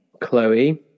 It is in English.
Chloe